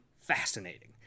fascinating